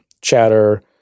chatter